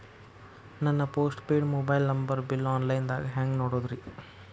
ನನ್ನ postpaid mobile number bill, online ದಾಗ ಹ್ಯಾಂಗ್ ನೋಡೋದ್ರಿ?